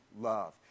love